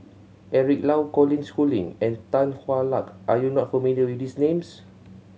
Eric Low Colin Schooling and Tan Hwa Luck are you not familiar with these names